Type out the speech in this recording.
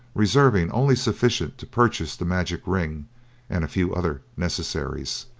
reserving only sufficient to purchase the magic ring and a few other necessaries.